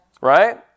Right